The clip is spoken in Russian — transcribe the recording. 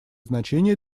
значение